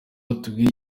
atubwire